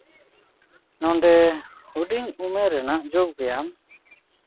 ᱱᱚᱸᱰᱮ ᱦᱩᱰᱤᱧ ᱩᱢᱮᱨ ᱨᱮᱱᱟᱜ ᱡᱳᱜᱽ ᱵᱮᱭᱟᱢ